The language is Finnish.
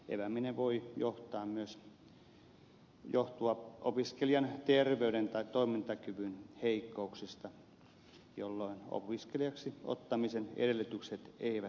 epääminen voi johtua myös opiskelijan terveyden tai toimintakyvyn heikkouksista jolloin opiskelijaksi ottamisen edellytykset eivät täyty